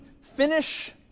finish